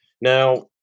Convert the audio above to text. Now